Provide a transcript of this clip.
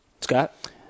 Scott